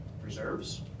reserves